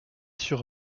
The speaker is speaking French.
sur